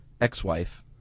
ex-wife